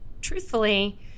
Truthfully